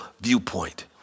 viewpoint